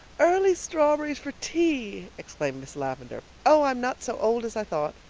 early strawberries for tea! exclaimed miss lavendar. oh, i'm not so old as i thought.